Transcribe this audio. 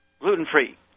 gluten-free